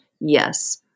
Yes